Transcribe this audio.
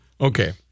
Okay